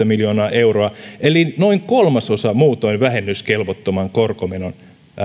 miljoonaa euroa eli noin kolmasosa muutoin vähennyskelvottoman korkomenon